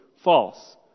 False